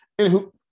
Anywho